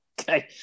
Okay